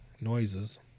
noises